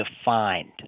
defined